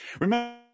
remember